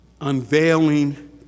unveiling